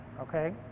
okay